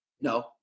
No